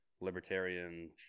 Libertarian